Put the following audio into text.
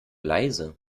leise